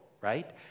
right